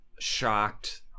shocked